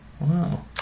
wow